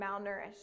malnourished